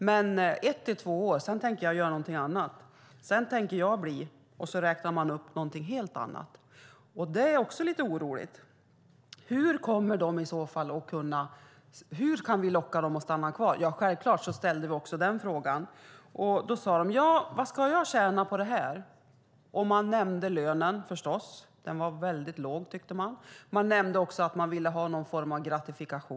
Men i övrigt sade de att de ställde upp i ett till två år. Sedan tänkte de göra någonting helt annat. Det är också lite oroande. Hur kan vi locka dem att stanna kvar? Självklart ställde vi också den frågan. Då sade de: Ja, vad ska jag tjäna på det här? Man nämnde lönen, förstås. Den var väldigt låg, tyckte man. Man nämnde också att man ville ha någon form av gratifikation.